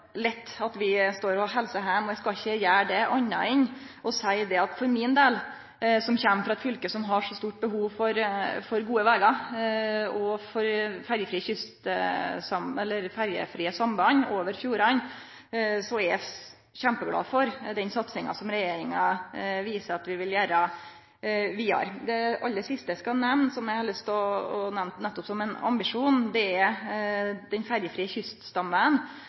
at vi frå Møre og Romsdal står og helsar heim. Eg skal ikkje gjere det, anna enn å seie at eg for min del, som kjem frå eit fylke som har så stort behov for gode vegar og ferjefrie samband over fjordane, er kjempeglad for den satsinga som regjeringa viser at vi vil gjere vidare. Det aller siste eg skal nemne, som eg har lyst til å nemne nettopp som ein ambisjon, er den ferjefrie